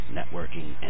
networking